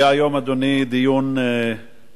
היה היום, אדוני, דיון בוועדה